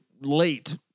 late